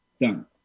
done